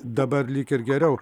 dabar lyg ir geriau